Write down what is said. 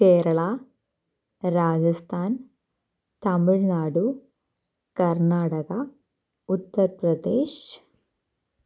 Kerala Rajasthan Tamil Nadu Karnataka Uttar Pradesh